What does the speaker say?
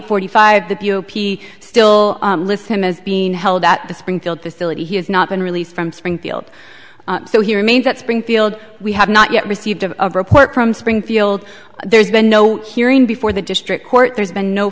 forty five the p still listen is being held at the springfield facility he has not been released from springfield so he remains at springfield we have not yet received a report from springfield there's been no hearing before the district court there's been no